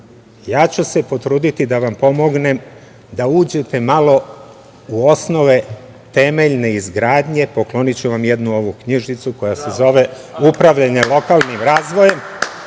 Ja ću se potruditi da vam pomognem da uđete malo u osnove temeljne izgradnje. Pokloniću vam jednu knjižicu koja se zove „Upravljanje lokalnim razvojem“,